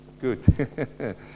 Good